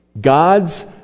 God's